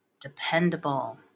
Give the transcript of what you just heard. dependable